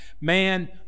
man